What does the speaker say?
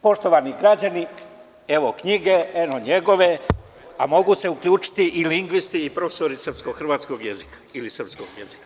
Poštovani građani, evo knjige, eno njegove, a mogu se uključiti i lingvisti i profesori srpsko-hrvatskog jezika, ili srpskog jezika.